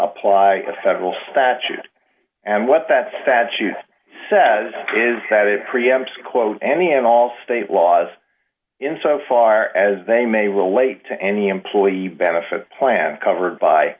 apply a federal statute and what that statute says is that it preempts quote any and all state laws in so far as they may relate to any employee benefit plan covered by